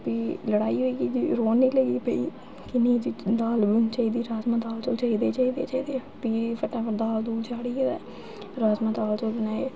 भी लड़ाई होई रोन ई लगी पेई कि नेईं जी दाल चाहिदी राजमांह् दाल चौल चाहिदे चाहिदे चाहिदे भी फटाफट दाल दूल चाढ़ियै ते राजमांह् दाल चौल बनाए